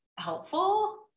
helpful